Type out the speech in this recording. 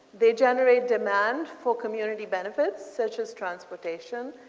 they generate demand for community benefits such as transformation,